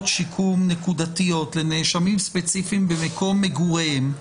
שיקום נקודתיות לנאשמים ספציפיים במקום מגוריהם,